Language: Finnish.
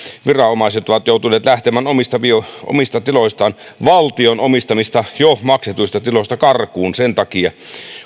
viranomaiset ovat joutuneet lähtemään omista tiloistaan valtion omistamista jo maksetuista tiloista karkuun sen takia